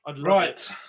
Right